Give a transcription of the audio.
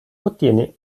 ottiene